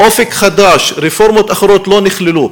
"אופק חדש", רפורמות אחרות, לא נכללו.